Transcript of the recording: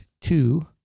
two